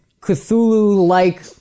Cthulhu-like